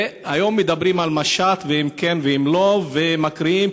והיום מדברים על משט, אם כן או לא, ומקריאים.